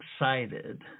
excited